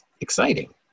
exciting